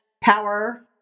power